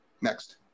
Next